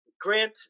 Grant